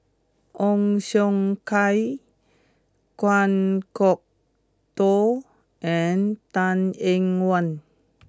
Ong Siong Kai Kan Kwok Toh and Tan Eng Yoon